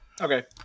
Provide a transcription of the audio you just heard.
Okay